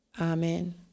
Amen